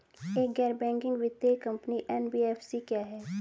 एक गैर बैंकिंग वित्तीय कंपनी एन.बी.एफ.सी क्या है?